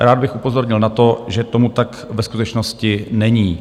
Rád bych upozornil na to, že tomu tak ve skutečnosti není.